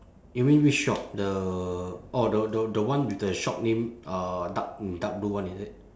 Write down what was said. you mean which shop the orh the the the one with the shop name uh dark in dark blue one is it